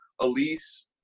Elise